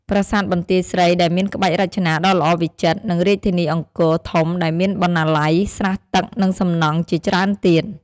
ប្រាសាទបន្ទាយស្រីដែលមានក្បាច់រចនាដ៏ល្អវិចិត្រ និងរាជធានីអង្គរធំដែលមានបណ្ណាល័យ ស្រះទឹក និងសំណង់ជាច្រើនទៀត។